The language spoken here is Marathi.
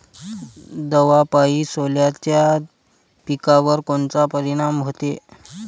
दवापायी सोल्याच्या पिकावर कोनचा परिनाम व्हते?